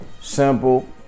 Simple